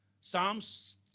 Psalms